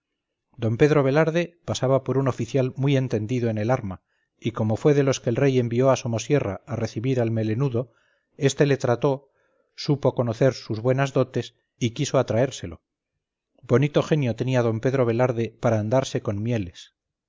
d pedro velarde pasaba por un oficial muy entendido en el arma y como fue de los que el rey envió a somosierra a recibir al melenudo este le trató supo conocer sus buenas dotes y quiso atraérselo bonito genio tenía d pedro velarde para andarse con mieles